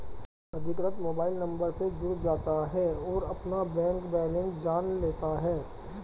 अधिकृत mobile number से जुड़ जाता है और अपना बैंक बेलेंस जान लेता है